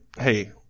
hey